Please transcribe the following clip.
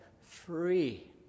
free